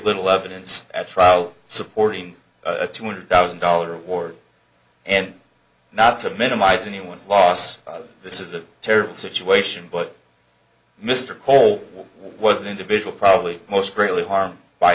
little evidence at trial supporting a two hundred thousand dollars award and not to minimize anyone's loss this is a terrible situation but mr cole was an individual probably most greatly harmed by